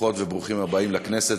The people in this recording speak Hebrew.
ברוכות וברוכים לכנסת.